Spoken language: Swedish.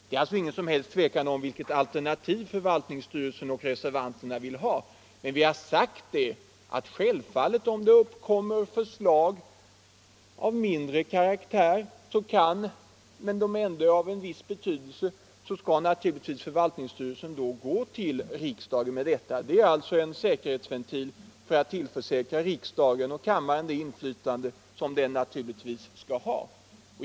Det är alltså ingen som helst tvekan om vilket alternativ förvaltningsstyrelsen och reservanterna vill ha. Men vi har sagt att om det uppkommer problem av betydelse skall förvaltningsstyrelsen återkomma till riksdagen. Det är alltså en säkerhetsventil för att tillförsäkra riksdagen det inflytande som den naturligtvis skall ha.